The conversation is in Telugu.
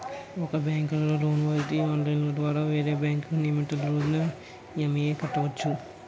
ఒక బ్యాంకులో లోను వాడితే ఆన్లైన్ ద్వారా వేరే బ్యాంకుకు నియమితు రోజున ఈ.ఎం.ఐ కట్టవచ్చు